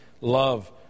love